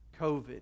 COVID